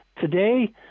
today